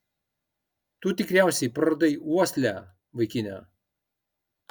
tu tikriausiai praradai uoslę vaikine